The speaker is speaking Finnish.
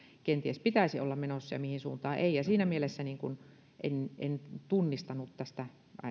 kenties pitäisi olla menossa ja mihin suuntaan ei ja siinä mielessä en tunnistanut tästä